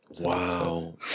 Wow